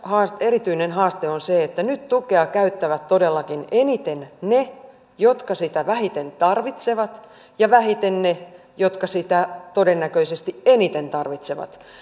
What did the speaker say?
erityinen haaste on se että nyt tukea käyttävät todellakin eniten ne jotka sitä vähiten tarvitsevat ja vähiten ne jotka sitä todennäköisesti eniten tarvitsevat